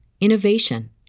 innovation